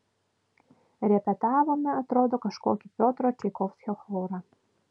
repetavome atrodo kažkokį piotro čaikovskio chorą